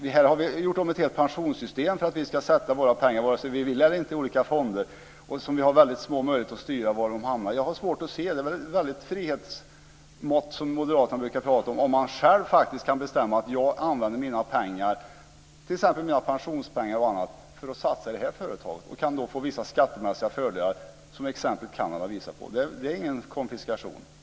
Här har vi gjort om ett helt pensionssystem för att vi ska sätta in våra pengar vare sig vi vill eller inte i olika fonder där vi har väldigt små möjligheter att styra var de hamnar. Det är väl ett frihetsmått som moderaterna brukar prata om att jag själv kan bestämma att jag använder mina pengar, t.ex. mina pensionspengar, för att satsa i ett företag och kan då få vissa skattemässiga fördelar, som exemplet med Kanada visar på. Det är ingen konfiskation.